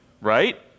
right